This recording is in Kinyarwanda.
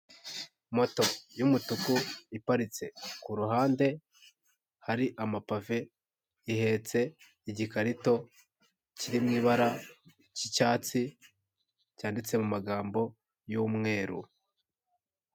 Moto y'umutuku, iparitse ku ruhande hari amapafe, ihetse igikarito kiri mu ibara ry'icyatsi cyanditse mu magambo y'umweru.